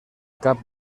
cap